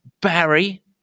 Barry